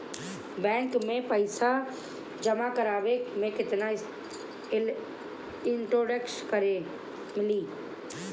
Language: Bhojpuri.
बैंक में पईसा जमा करवाये पर केतना इन्टरेस्ट मिली?